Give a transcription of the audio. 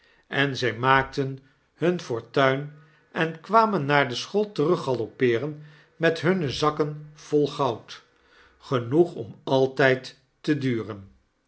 en zy maakten hun fortuin en kwamen naar de school teruggaloppeeren met hunne zakken vol goud genoeg om altyd te duren